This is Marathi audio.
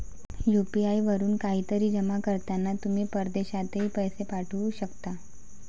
यू.पी.आई वरून काहीतरी जमा करताना तुम्ही परदेशातही पैसे पाठवू शकता